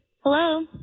Hello